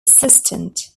assistant